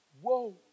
Whoa